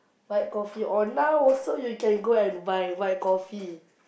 white coffee or now also you can go and buy white coffee